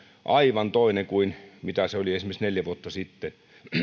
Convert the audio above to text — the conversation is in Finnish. aivan toinen kuin se oli esimerkiksi neljä vuotta sitten